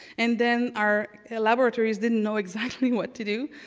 and then our laboratories didn't know exactly what to do,